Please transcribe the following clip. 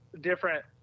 different